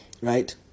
right